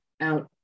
out